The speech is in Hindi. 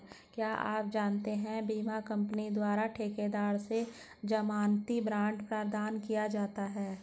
क्या आप जानते है बीमा कंपनी द्वारा ठेकेदार से ज़मानती बॉण्ड प्रदान किया जाता है?